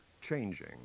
changing